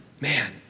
man